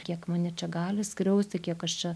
kiek mane čia gali skriausti kiek aš čia